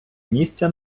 місця